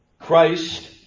Christ